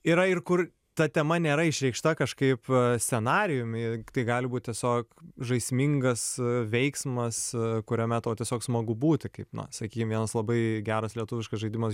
yra ir kur ta tema nėra išreikšta kažkaip scenarijumi gali būt tiesiog žaismingas veiksmas kurio metu tiesiog smagu būti kaip na sakykim vienas labai geras lietuviškas žaidimas